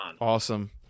Awesome